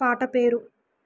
పాట పేరు